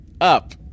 up